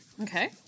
Okay